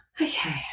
Okay